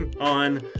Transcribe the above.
on